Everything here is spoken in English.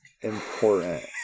Important